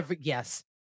Yes